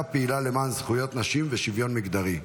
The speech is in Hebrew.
פעילה למען זכויות נשים ושוויון מגדרי.